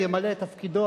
ימלא את תפקידו,